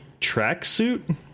tracksuit